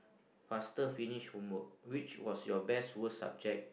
faster finish homework which was your best worst subject